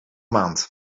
maand